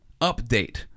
update